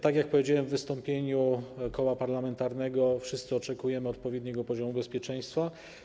Tak jak powiedziałem w wystąpieniu w imieniu koła parlamentarnego, wszyscy oczekujemy odpowiedniego poziomu bezpieczeństwa.